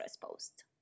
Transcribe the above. post